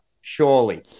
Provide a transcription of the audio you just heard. Surely